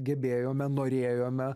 gebėjome norėjome